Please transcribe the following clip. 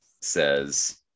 says